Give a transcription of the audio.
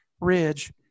ridge